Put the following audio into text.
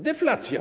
Deflacja.